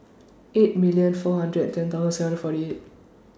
eight million four hundred and ten thousand forty eight